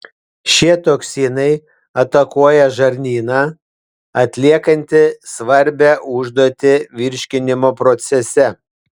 šie toksinai atakuoja žarnyną atliekantį svarbią užduotį virškinimo procese